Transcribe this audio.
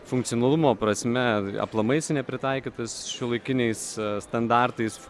funkcionalumo prasme aplamai jisai nepritaikytas šiuolaikiniais standartais